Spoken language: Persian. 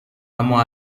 اما